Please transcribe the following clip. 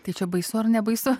tai čia baisu ar nebaisu